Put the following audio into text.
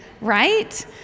right